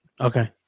okay